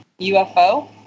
UFO